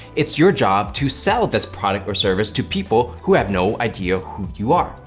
it's your job to sell this product or service to people who have no idea who you are.